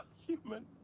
human